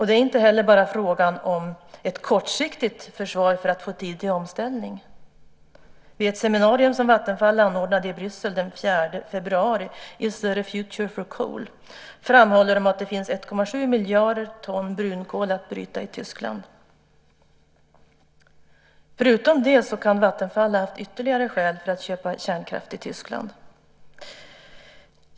Det är inte heller bara fråga om ett kortsiktigt försvar för att få tid till omställning. Vid ett seminarium som Vattenfall anordnade i Bryssel den 4 februari, Is there a future for Coal? , framhåller de att det finns 1,7 miljarder ton brunkol att bryta i Tyskland. Förutom det kan Vattenfall ha haft ytterligare skäl för att köpa kärnkraft i Tyskland.